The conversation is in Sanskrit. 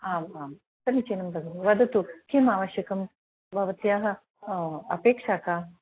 आम् आं समीचीनं भगिनि वदतु किम् आवश्यकं भवत्याः अपेक्षा का